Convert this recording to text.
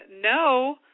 No